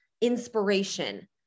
inspiration